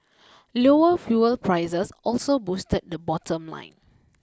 lower fuel prices also boosted the bottom line